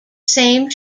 same